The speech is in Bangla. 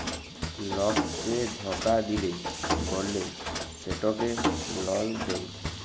লককে ধকা দিল্যে বল্যে সেটকে লল দেঁয়